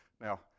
Now